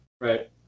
right